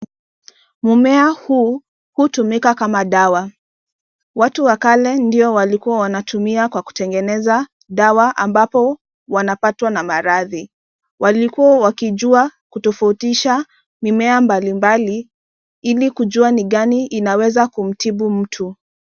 Mmea huu hutumika kama dawa. Watu wa kale ndio walikuwa wanatumia kwa kutengeneza dawa ambapo wanapatwa na maradhi. Walikuwa wakijua kutofautisha mimea mbalimbali ili kujua ni gani inaweza kumtibu mtu.